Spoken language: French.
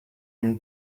une